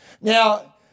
Now